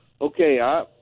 Okay